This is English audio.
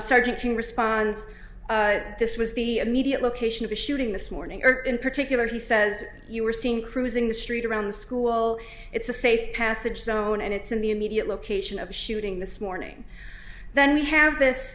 can response this was the immediate location of the shooting this morning or in particular he says you were seen cruising the street around the school it's a safe passage zone and it's in the immediate location of the shooting this morning then we have this